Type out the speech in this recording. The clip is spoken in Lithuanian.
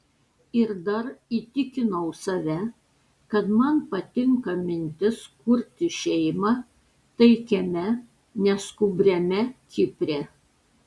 ir dar įtikinau save kad man patinka mintis kurti šeimą taikiame neskubriame kipre